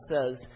says